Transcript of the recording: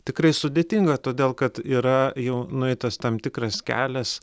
tikrai sudėtinga todėl kad yra jau nueitas tam tikras kelias